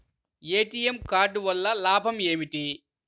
ATM card వల్ల లాభం ఏమిటి?